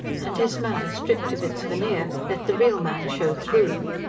and his manner, stripped of its veneer, let the real man show through.